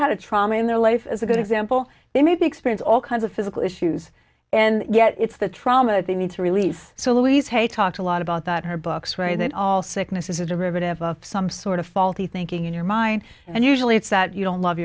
had a trauma in their life as a good example they maybe experience all kinds of physical issues and yet it's the trauma that they need to release so louise hay talked a lot about that her books write that all sickness is a derivative some sort of faulty thinking in your mind and usually it's that you don't love